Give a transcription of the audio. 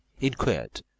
inquired